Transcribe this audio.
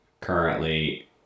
currently